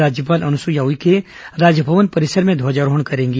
राज्यपाल अनुसुईया उइके राजभवन परिसर में ध्वजारोहण करेंगी